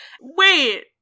Wait